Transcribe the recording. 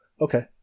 Okay